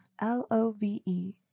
L-O-V-E